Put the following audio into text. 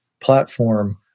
platform